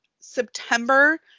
september